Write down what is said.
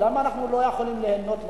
למה אנחנו לא יכולים ליהנות מהחוק?